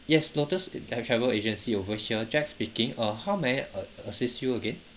yes lotus uh travel agency over here jack speaking uh how may I a~ assist you again